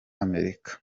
amerika